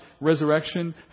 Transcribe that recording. resurrection